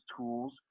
tools